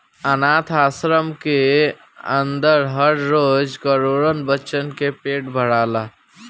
आनाथ आश्रम के अन्दर हर रोज करोड़न बच्चन के पेट भराला